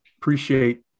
appreciate